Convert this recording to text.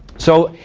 so,